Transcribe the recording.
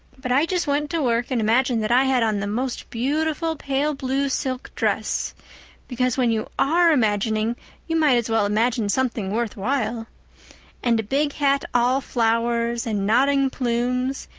but i just went to work and imagined that i had on the most beautiful pale blue silk dress because when you are imagining you might as well imagine something worth while and a big hat all flowers and nodding plumes,